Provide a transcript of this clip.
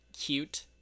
cute